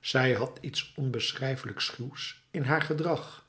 zij had iets onbeschrijfelijk schuws in haar gedrag